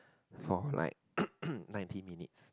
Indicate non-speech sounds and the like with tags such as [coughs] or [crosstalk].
for like [coughs] ninety minutes